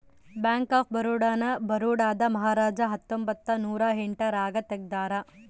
bank of Baroda ನ ಬರೋಡಾದ ಮಹಾರಾಜ ಹತ್ತೊಂಬತ್ತ ನೂರ ಎಂಟ್ ರಾಗ ತೆಗ್ದಾರ